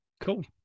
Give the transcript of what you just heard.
Cool